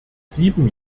sieben